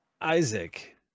Isaac